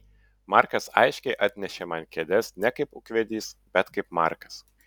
markas aiškiai atnešė man kėdes ne kaip ūkvedys bet kaip markas